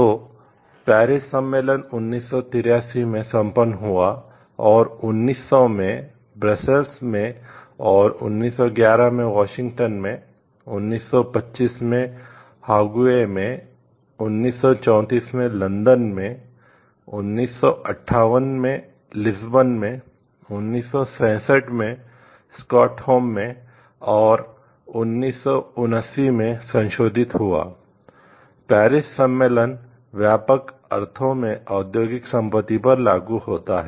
तो पेरिस शामिल हैं